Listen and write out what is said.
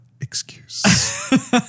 excuse